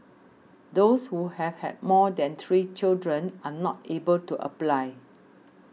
those who have had more than three children are not able to apply